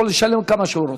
הוא יכול לשלם כמה שהוא רוצה,